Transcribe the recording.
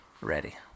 ready